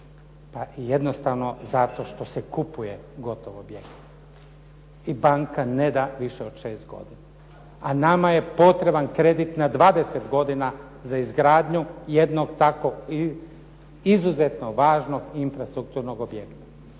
Pa jednostavno zato što se kupuje gotov objekat i banka neda više od 6 godina, a nama je potreban kredit na 20 godina za izgradnju jednog takvog izuzetno važnog infrastrukturnog objekta.